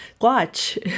watch